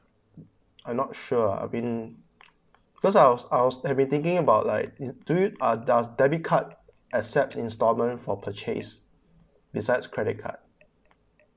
I not sure uh I've been because I was I was I've been taking about like do you uh does debit card accept instalment for purchase besides credit card